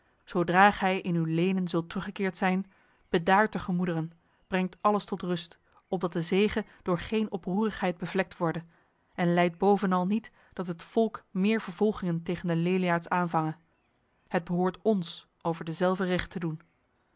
zodra gij in uw lenen zult teruggekeerd zijn bedaart de gemoederen brengt alles tot rust opdat de zege door geen oproerigheid bevlekt worde en lijdt bovenal niet dat het volk meer vervolgingen tegen de leliaards aanvange het behoort ons over dezelve recht te doen